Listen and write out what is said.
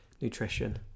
nutrition